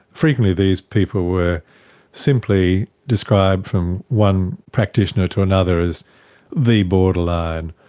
frequently these people were simply described from one practitioner to another as the borderline,